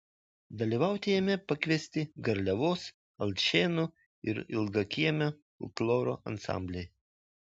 dalyvauti jame pakviesti garliavos alšėnų ir ilgakiemio folkloro ansambliai